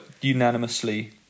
unanimously